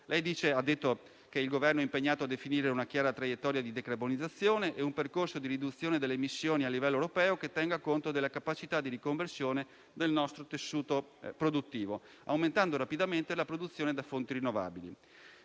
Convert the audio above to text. Lei ha detto che il Governo è impegnato a definire una chiara traiettoria di decarbonizzazione e un percorso di riduzione delle emissioni a livello europeo che tenga conto della capacità di riconversione del nostro tessuto produttivo, aumentando rapidamente la produzione da fonti rinnovabili.